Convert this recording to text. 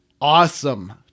awesome